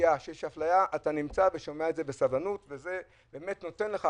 פגיעה או אפליה - אתה שומע את זה בסבלנות וזה נותן לך